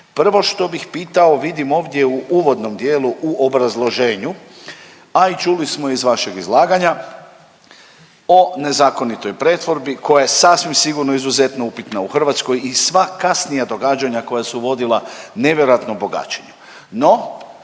Prvo što bih pitao vidim ovdje u uvodnom dijelu, u obrazloženju, a i čuli iz vašeg izlaganja o nezakonitoj pretvorbi koja je sasvim sigurno izuzetno upitna u Hrvatskoj i sva kasnija događanja koja su uvodila nevjerojatno bogaćenje.